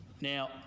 Now